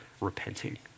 repenting